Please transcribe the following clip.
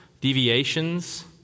deviations